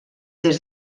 des